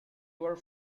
were